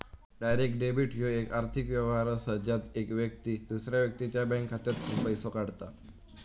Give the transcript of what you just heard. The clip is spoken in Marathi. डायरेक्ट डेबिट ह्यो येक आर्थिक व्यवहार असा ज्यात येक व्यक्ती दुसऱ्या व्यक्तीच्या बँक खात्यातसूनन पैसो काढता